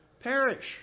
Perish